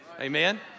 Amen